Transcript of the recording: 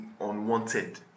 unwanted